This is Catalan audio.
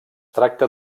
tracta